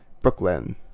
Brooklyn